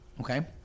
Okay